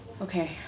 Okay